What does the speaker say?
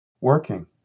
working